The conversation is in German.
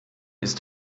ist